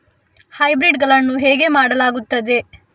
Hybrid ಗಳನ್ನು ಹೇಗೆ ಮಾಡಲಾಗುತ್ತದೆ?